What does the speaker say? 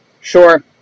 Sure